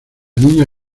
niña